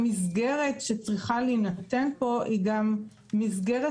המסגרת שצריכה להינתן פה היא גם מסגרת